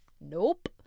Nope